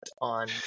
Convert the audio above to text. on –